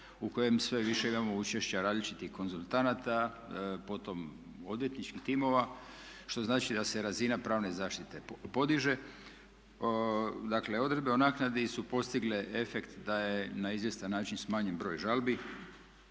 u kojem sve više imamo učešća različitih konzultanata, potom odvjetničkih timova, što znači da se razina pravne zaštite podiže, dakle odredbe o naknadi su postigle efekt da je na izvjestan način smanjen broj žalbi.